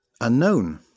Unknown